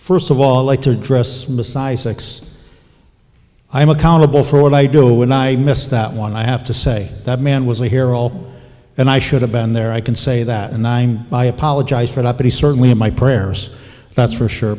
first of all like to dress a size six i am accountable for what i do when i miss that one i have to say that man was a hero and i should have been there i can say that and i'm i apologize for that but he certainly in my prayers that's for sure